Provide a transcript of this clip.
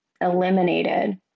eliminated